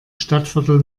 stadtviertel